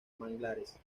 manglares